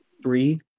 Three